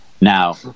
Now